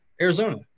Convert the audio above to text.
Arizona